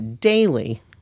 daily